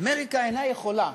אמריקה אינה יכולה